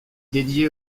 dédiée